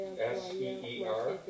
S-E-E-R